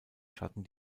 schatten